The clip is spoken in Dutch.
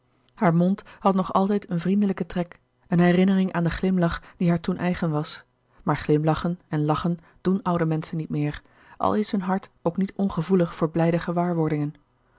haar mond had nog altijd een vriendelijke trek eene herinnering aan den glimlach die haar toen eigen was maar glimlachen en lachen doen oude menschen niet meer al is hun hart ook niet ongevoelig voor blijde gewaarwordingen